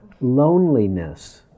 Loneliness